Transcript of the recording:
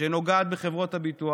שנוגעת בחברות הביטוח,